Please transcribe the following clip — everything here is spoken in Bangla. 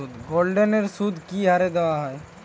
গোল্ডলোনের সুদ কি হারে দেওয়া হয়?